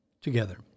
Together